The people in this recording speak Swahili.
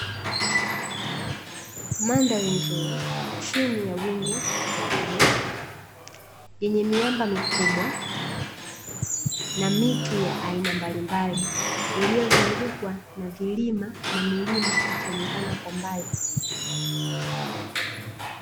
Mandhari nzuri chini ya wingu la bluu, yenye miamba mikubwa na miti ya aina mbalimbali. Iliyozungukwa na vilima na milima ikionekana kwa mbali.